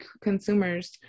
consumers